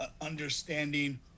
understanding